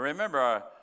Remember